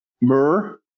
myrrh